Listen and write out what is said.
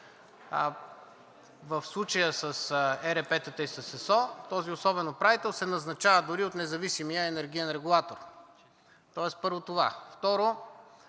В случая с ЕРП-тата и с ЕСО този особен управител се назначава дори от независимия енергиен регулатор, тоест, първо, това.